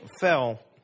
fell